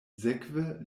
sekve